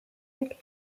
have